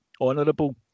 honourable